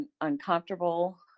uncomfortable